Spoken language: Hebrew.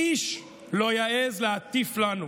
איש לא יעז להטיף לנו,